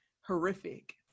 horrific